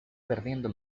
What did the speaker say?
perdiendo